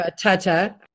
Tata